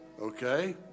okay